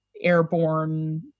airborne